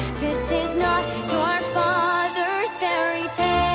this is not your father's fairy tale